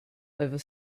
over